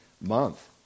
month